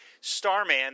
Starman